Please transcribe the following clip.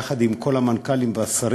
יחד עם כל המנכ"לים והשרים,